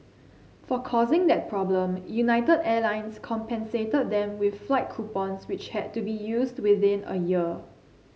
for causing that problem United Airlines compensated them with flight coupons which had to be used within a year